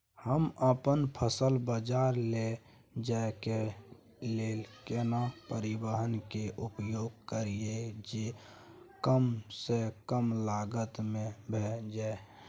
हम अपन फसल बाजार लैय जाय के लेल केना परिवहन के उपयोग करिये जे कम स कम लागत में भ जाय?